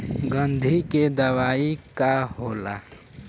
गंधी के दवाई का होला?